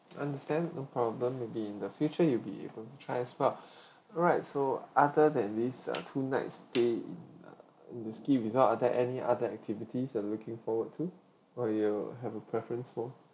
understand no problem maybe in the future you'll be able to try as well alright so other than this uh two nights stay in uh the ski resort are there any other activities you're looking forward to or you have a preference so